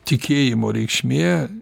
tikėjimo reikšmė